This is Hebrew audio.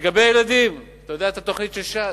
לגבי ילדים, אתה יודע את התוכנית של ש"ס,